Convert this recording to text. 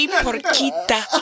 porquita